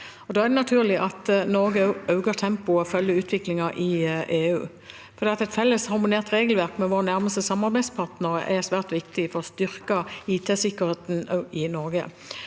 Norge øker tempoet og følger utviklingen i EU. Det å ha et felles, harmonisert regelverk med våre nærmeste samarbeidspartnere er svært viktig for å styrke IT-sikkerheten også i Norge.